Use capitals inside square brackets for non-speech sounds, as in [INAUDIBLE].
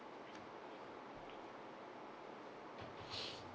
[BREATH]